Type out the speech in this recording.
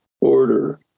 order